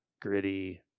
gritty